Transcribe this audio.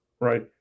right